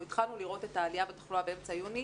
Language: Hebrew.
אנחנו התחלנו לראות את העלייה בתחלואה באמצע יוני